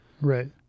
Right